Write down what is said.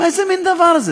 איזה מין דבר זה?